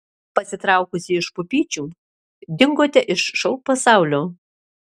pasitraukusi iš pupyčių dingote iš šou pasaulio